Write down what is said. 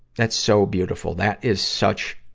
that's so beautiful. that is such,